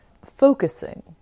Focusing